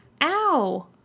Ow